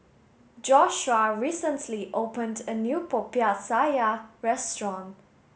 Joshua recently opened a new Popiah Sayur restaurant